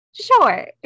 Sure